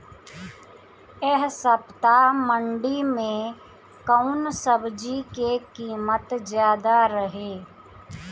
एह सप्ताह मंडी में कउन सब्जी के कीमत ज्यादा रहे?